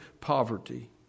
poverty